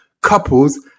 couples